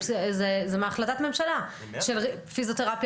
זה מהחלטת הממשלה של פיזיותרפיה,